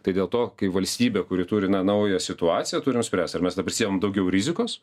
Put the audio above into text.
tai dėl to kaip valstybė kuri turi na naują situaciją turim spręsti ar mes neprisiimam daugiau rizikos